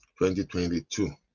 2022